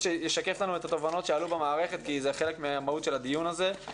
שישקף לנו את התובנות שעלו במערכת כי זה חלק מהמהות של הדיון הזה.